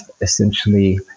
essentially